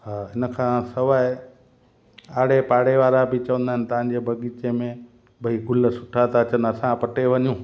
हा हिन खां सवाइ आड़े पाड़े वारा बि चवंदा आहिनि तव्हांजे बाग़ीचे में भाई गुल सुठा था अचनि असां पटे वञू